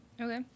Okay